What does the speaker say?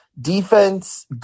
defense